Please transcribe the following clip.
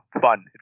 Fun